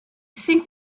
think